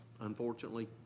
unfortunately